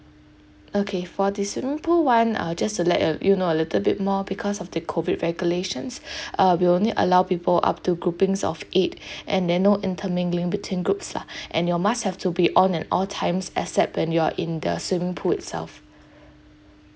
okay for the swimming pool [one] uh just to let uh you know a little bit more because of the COVID regulations uh we only allow people up to groupings of eight and then no inter mingling between groups lah and your masks have to be on at all times except when you're in the swimming pool itself